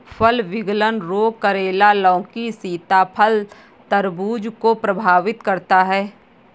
फल विगलन रोग करेला, लौकी, सीताफल, तरबूज को प्रभावित करता है